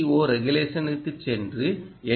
ஓ ரெகுலேஷனுக்குச் சென்று எல்